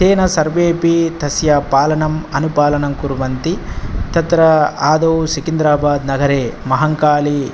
तेन सर्वेऽपि तस्य पालनम् अनुपालनं कुर्वन्ति तत्र आदौ सिकन्द्राबादनगरे महाकाली